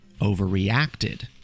overreacted